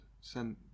send